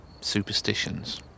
superstitions